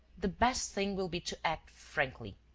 the best thing will be to act frankly.